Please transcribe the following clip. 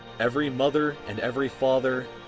every mother and every father.